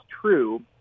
true